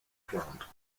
plant